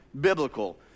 biblical